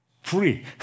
free